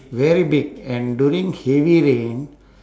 very big and during heavy rain